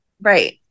Right